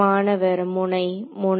மாணவர் முனை முனை